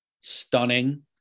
stunning